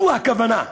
זו הכוונה.